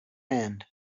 hand